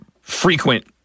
frequent